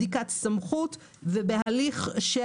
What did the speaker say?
בדיקת סמכות ובמידתיות.